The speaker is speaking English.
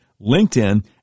LinkedIn